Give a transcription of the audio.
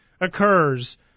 occurs